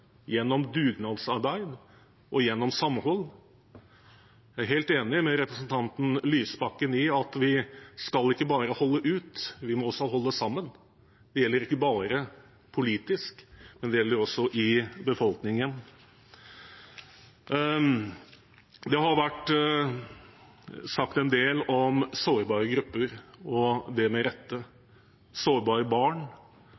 gjennom dugnadsarbeid og gjennom samhold. Jeg er helt enig med representanten Lysbakken i at vi ikke bare skal holde ut, vi må også holde sammen. Det gjelder ikke bare politisk, det gjelder også i befolkningen. Det har vært sagt en del om sårbare grupper, og det med